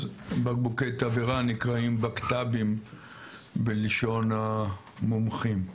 אז בקבוקי תבערה נקראים בקת"בים בלשון המומחים.